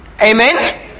amen